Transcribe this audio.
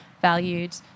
valued